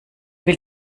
will